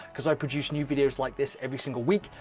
because i produce new videos like this every single week,